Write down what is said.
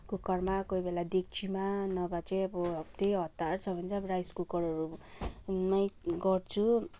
कुकरमा कोही बेला डेक्चीमा नभए चाहिँ अब धेरै हतार छ भने चाहिँ अब राइस कुकरहरूमै गर्छु